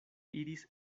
iris